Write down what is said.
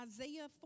Isaiah